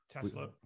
Tesla